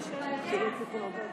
חמש יחידות,